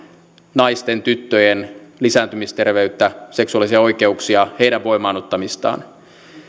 naisten tyttöjen lisääntymisterveyttä seksuaalisia oikeuksia heidän voimaannuttamistaan